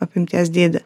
apimties dydį